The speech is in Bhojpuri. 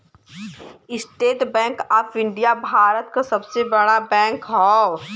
estate bank of India Bharat क सबसे बड़ा बैंक हौ